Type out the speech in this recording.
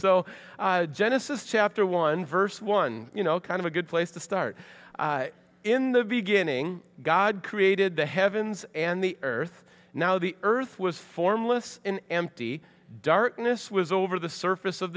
so genesis chapter one verse one you know kind of a good place to start in the beginning god created the heavens and the earth now the earth was formless in empty darkness was over the surface of